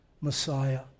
Messiah